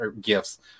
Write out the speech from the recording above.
gifts